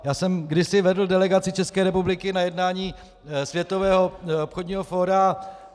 Já jsem kdysi vedl delegaci České republiky na jednání Světového obchodního fóra.